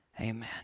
amen